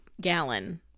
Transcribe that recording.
gallon